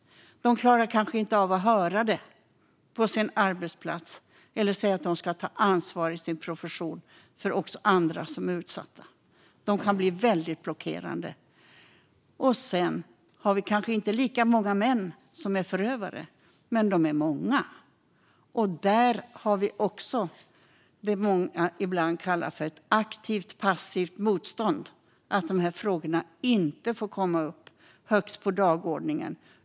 De klarar inte av att höra det på sin arbetsplats eller ta ansvar för andra utsatta i sin profession. De kan bli blockerade. Sedan finns kanske inte lika många män som är förövare, men de är många. Där finns det som ofta kallas för aktivt passivt motstånd, såtillvida att frågorna inte får placeras högst på dagordningen.